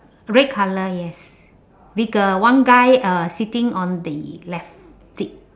red colour yes with a one guy uh seating on the left seat